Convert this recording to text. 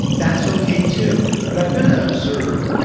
that's okay too. but, i'm going to observe,